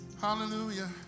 Hallelujah